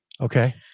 Okay